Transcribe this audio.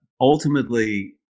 ultimately